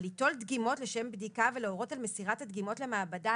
אבל ליטול דגימות לשם בדיקה ולהורות על מסירת הדגימות למעבדה?